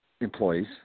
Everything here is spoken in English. employees